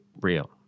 real